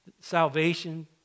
salvation